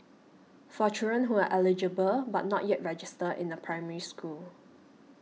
for children who are eligible but not yet registered in a Primary School